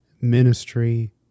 ministry